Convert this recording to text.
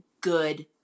good